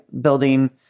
building